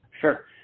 Sure